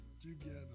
together